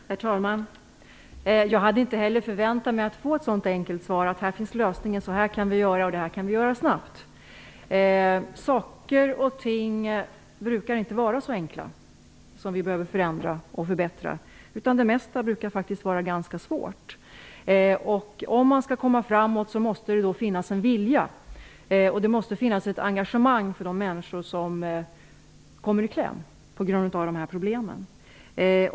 Herr talman! Jag hade inte heller förväntat mig att få ett så enkelt svar som att "här finns lösningen", "så här kan vi göra" eller "det här kan vi göra snabbt". Saker och ting som behöver förändras och förbättras brukar inte vara så enkla, utan det mesta brukar vara svårt. Om man skall komma framåt måste det finnas en vilja att göra någonting och ett engagemang för de människor som kommer i kläm på grund av dessa problem.